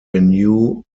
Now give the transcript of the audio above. renew